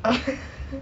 oh